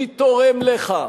מי תורם לך.